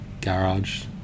garage